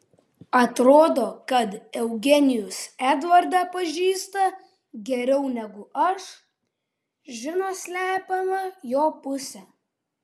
atrodo kad eugenijus edvardą pažįsta geriau negu aš žino slepiamą jo pusę